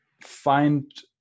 find